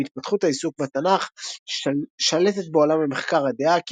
ועם התפתחות העיסוק בתנ"ך שלטת בעולם המחקר הדעה,